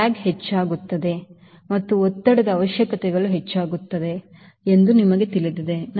drag ಹೆಚ್ಚಾಗುತ್ತದೆ ಮತ್ತು ಒತ್ತಡದ ಅವಶ್ಯಕತೆ ಹೆಚ್ಚಾಗುತ್ತದೆ ಎಂದು ನಿಮಗೆ ತಿಳಿದಿದೆ